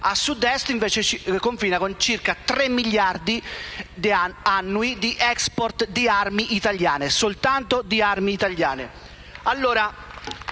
a Sud-Est, infine confina con circa tre miliardi annui di *export* di armi italiane, soltanto di armi italiane.